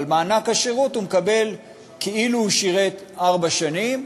אבל הוא מקבל מענק שחרור כאילו הוא שירת ארבע שנים,